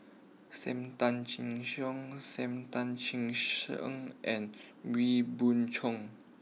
Sam Tan Chin Siong Sam Tan Chin Siong and Wee Beng Chong